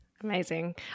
Amazing